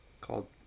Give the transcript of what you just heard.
called